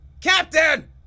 Captain